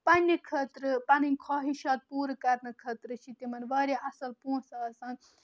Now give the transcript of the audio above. پَننہِ خٲطرٕ پَنٕنۍ خواہِشات پوٗرٕ کَرنہٕ خٲطرٕ چھِ تِمن واریاہ اَصٕل پونٛسہٕ آسان